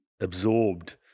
absorbed